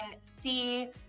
see